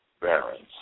barons